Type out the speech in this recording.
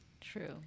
true